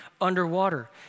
underwater